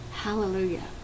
Hallelujah